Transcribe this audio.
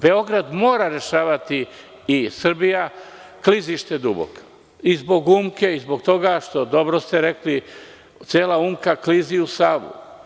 Beograd mora rešavati i Srbija klizište Duboka, i zbog Umke i zbog toga što ste rekli, cela Umka klizi u Savu.